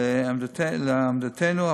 לעמדתנו,